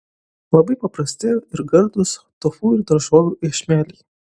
labai paprasti ir gardūs tofu ir daržovių iešmeliai